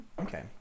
okay